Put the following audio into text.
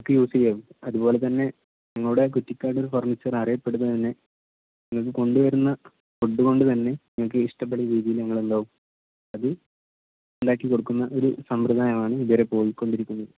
നമുക്ക് യൂസ് ചെയ്യാം അതുപോലെ തന്നെ ഞങ്ങളുടെ കുറ്റിക്കാട് ഫർണിച്ചർ അറിയപ്പെടുന്നത് തന്നെ നിങ്ങൾ കൊണ്ട് വരുന്ന വുഡ് കൊണ്ട് തന്നെ നിങ്ങൾക്ക് ഇഷ്ടപ്പെടുന്ന രീതിയിൽ ഞങ്ങൾ എന്താക്കും അത് ഉണ്ടാക്കി കൊടുക്കുന്ന ഒരു സമ്പ്രദായമാണ് ഇതുവരെ പോയിക്കൊണ്ടിരിക്കുന്നത്